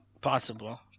Possible